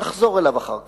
נחזור אליו אחר כך.